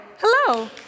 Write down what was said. Hello